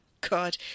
God